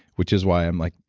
which is why i'm like.